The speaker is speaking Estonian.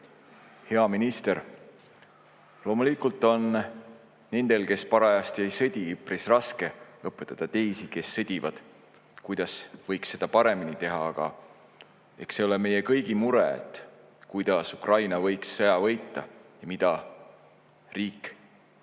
Hea minister! Loomulikult on nendel, kes parajasti ei sõdi, üpris raske õpetada teistele, kes sõdivad, kuidas võiks seda paremini teha. Aga eks see ole meie kõigi mure, kuidas Ukraina võiks sõja võita ning mida riik ja